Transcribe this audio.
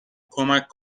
کمک